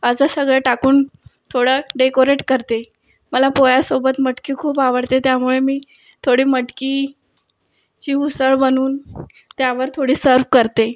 असं सगळं टाकून थोडा डेकोरेट करते मला पोह्यासोबत मटकी खूप आवडते त्यामुळे मी थोडी मटकीची उसळ बनवून त्यावर थोडी सर्व करते